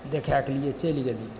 देखयके लिए चलि गेली